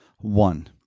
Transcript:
One